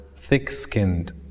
thick-skinned